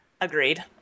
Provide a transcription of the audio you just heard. Agreed